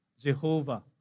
Jehovah